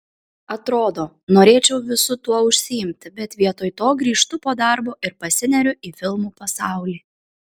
atrodo norėčiau visu tuo užsiimti bet vietoj to grįžtu po darbo ir pasineriu į filmų pasaulį